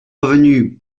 revenue